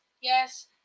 Yes